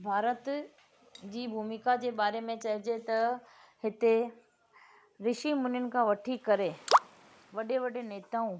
भारत जी भूमिका जे बारे में चइजे त हिते रिषी मुनियुनि खां वठी करे वॾे वॾे नेताऊं